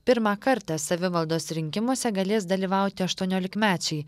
pirmą kartą savivaldos rinkimuose galės dalyvauti aštuoniolikmečiai